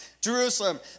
Jerusalem